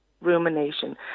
rumination